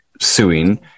suing